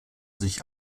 sich